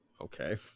Okay